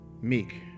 meek